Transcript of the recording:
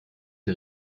der